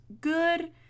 good